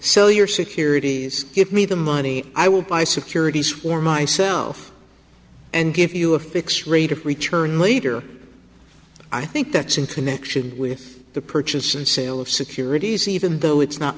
so your securities give me the money i will buy securities for myself and give you a fixed rate of return later i think that's in connection with the purchase and sale of securities even though it's not